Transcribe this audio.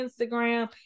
Instagram